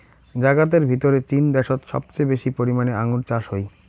জাগাতের ভিতরে চীন দ্যাশোত সবচেয়ে বেশি পরিমানে আঙ্গুর চাষ হই